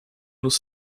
nos